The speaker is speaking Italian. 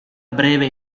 breve